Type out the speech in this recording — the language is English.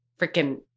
freaking